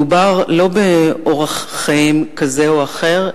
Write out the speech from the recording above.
לא מדובר באורח חיים כזה או אחר,